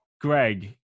Greg